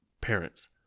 parents